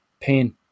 pain